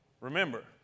remember